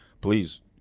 please